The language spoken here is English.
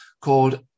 called